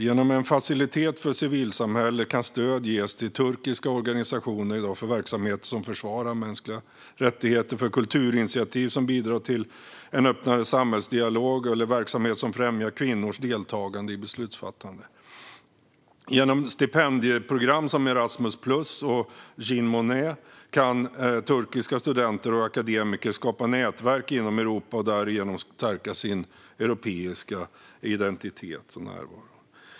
Genom en facilitet för civilsamhället kan stöd ges till turkiska organisationer för verksamheter som försvarar mänskliga rättigheter, kulturinitiativ som bidrar till en öppnare samhällsdialog eller verksamheter som främjar kvinnors deltagande i beslutsfattande. Genom stipendieprogram som Erasmus plus och Jean Monnet kan turkiska studenter och akademiker skapa nätverk inom Europa och därigenom stärka sin europeiska identitet och närvaro.